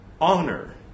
honor